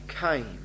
came